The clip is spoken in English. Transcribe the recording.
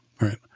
Right